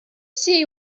see